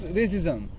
racism